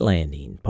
Landing